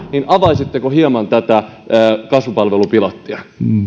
avaisitteko hieman tätä kasvupalvelupilottia